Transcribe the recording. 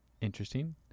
Interesting